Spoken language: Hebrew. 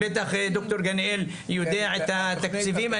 בטח ד"ר גניאל יודע את התקציבים.